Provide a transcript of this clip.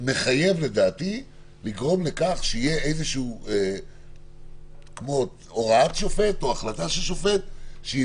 זה מחייב לדעתי לגרום לכך שיהיה איזשהו הוראת שופט או החלטת שופט שהיא